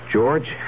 George